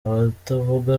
abatavuga